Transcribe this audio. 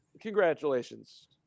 congratulations